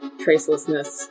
tracelessness